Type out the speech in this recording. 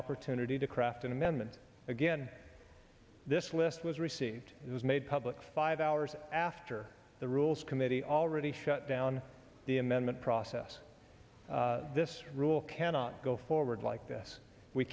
opportunity to craft an amendment again this list was received it was made public five hours after the rules committee already shut down the amendment process this rule cannot go forward like this we